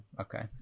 Okay